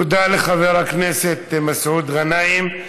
תודה לחבר הכנסת מסעוד גנאים.